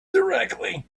directly